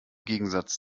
gegensatz